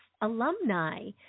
Alumni